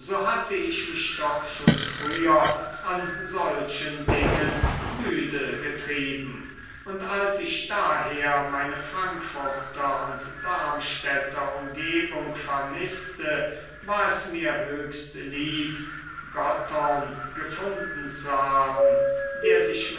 so hatte ich mich doch schon früher an solchen dingen müde getrieben und als ich daher meine frankfurter und darmstädter umgebung vermißte war es mir höchst lieb gottern gefunden zu haben der sich